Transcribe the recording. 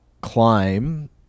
climb